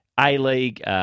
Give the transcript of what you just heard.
A-League